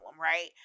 Right